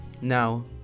Now